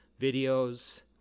videos